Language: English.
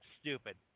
stupid